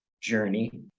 journey